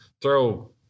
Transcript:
throw